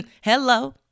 Hello